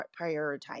prioritize